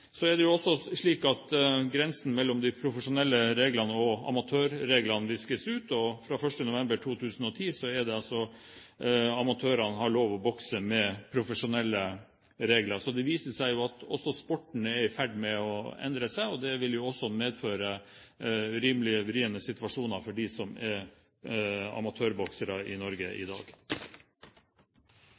Så er det jo også slik at grensen mellom de profesjonelle reglene og amatørreglene viskes ut, og fra 1. november 2010 har altså amatørene lov til å bokse innenfor profesjonelle regler. Så det viser seg jo at sporten er i ferd med å endre seg, og det vil jo også medføre rimelig vriene situasjoner for dem som er amatørboksere i Norge i dag.